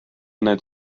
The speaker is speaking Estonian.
need